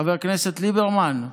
חבר הכנסת ליברמן,